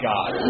God